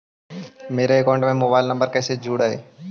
मेरा अकाउंटस में mobile number कैसे जुड़उ?